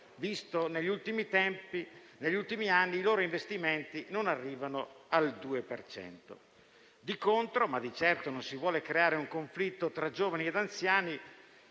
visto che negli ultimi anni i loro investimenti non arrivano al 2 per cento. Di contro (ma di certo non si vuole creare un conflitto tra giovani ed anziani),